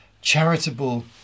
charitable